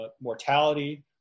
mortality